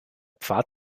pfad